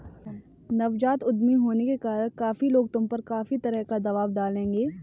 नवजात उद्यमी होने के कारण काफी लोग तुम पर काफी तरह का दबाव डालेंगे